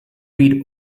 read